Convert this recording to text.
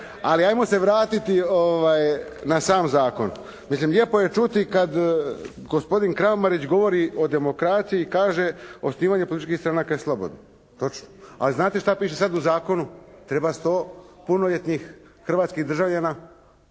Ali ajmo se vratiti na sam zakon. Mislim lijepo je čuti kad gospodin Kramarić govori o demokraciji kaže, osnivanje političkih stranaka je slobodno. Točno. Ali znate šta piše sad u zakonu? Treba 100 punoljetnih hrvatskih državljana